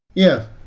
yeah.